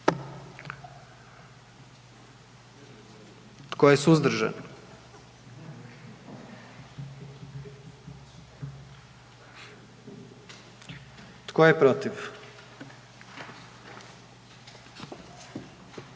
Tko je suzdržan? I tko je protiv?